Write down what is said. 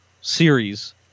series